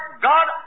God